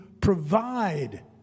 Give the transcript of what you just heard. provide